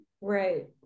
Right